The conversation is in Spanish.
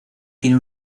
tiene